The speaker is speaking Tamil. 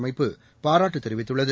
அமைப்பு பாராட்டு தெரிவித்துள்ளது